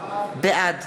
בעד